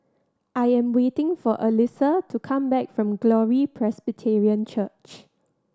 I am waiting for Elyssa to come back from Glory Presbyterian Church